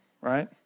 right